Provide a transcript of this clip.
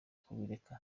kubireka